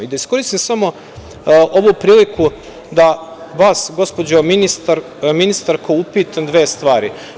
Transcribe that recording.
Da iskoristim samo ovu priliku da vas, gospođo ministarko, upitam dve stvari.